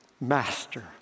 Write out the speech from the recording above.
master